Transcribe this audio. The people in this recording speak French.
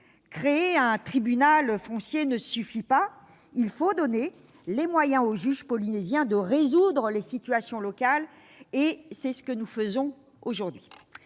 Créer un tribunal foncier ne suffit pas ; il faut donner les moyens aux juges polynésiens de résoudre les situations locales, et c'est ce que nous faisons aujourd'hui.